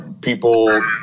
people